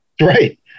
Right